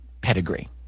pedigree